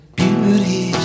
beauty